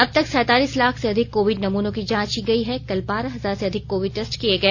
अबतक सैंतालीस लाख से अधिक कोविड नमूनों की जांच की गई है कल बारह हजार से अधिक कोविड टेस्ट किए गए